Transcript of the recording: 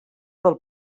del